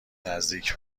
نزدیک